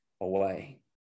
away